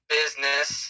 business